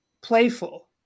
playful